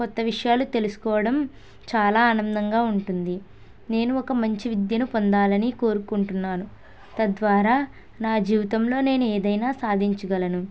కొత్త విషయాలు తెలుసుకోవడం చాలా ఆనందంగా ఉంటుంది నేను ఒక మంచి విద్యను పొందాలని కోరుకుంటున్నాను తద్వారా నా జీవితంలో నేను ఏదైనా సాధించగలను